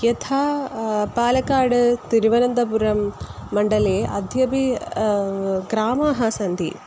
यथा पालक्काड् तिरुवनन्तपुरं मण्डले अद्यापि ग्रामाः सन्ति